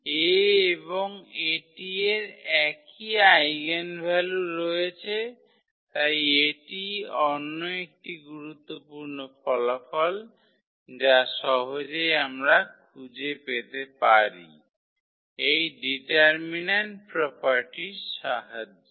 𝐴 এবং 𝐴𝑇 এর একই আইগেনভ্যালু রয়েছে তাই এটি অন্য একটি গুরুত্বপূর্ণ ফলাফল যা সহজেই আমরা খুঁজে পেতে পারি এই ডিটারমিন্যান্ট প্রোপার্টির সাহায্যে